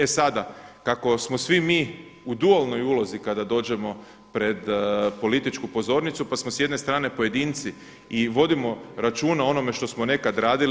E sada, kako smo svi mi u dualnoj ulozi kada dođemo pred političku pozornicu pa smo s jedne strane pojedinci i vodimo računa o onome što smo nekad radili.